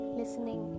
listening